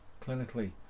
clinically